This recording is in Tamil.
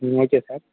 ம் ஓகே சார்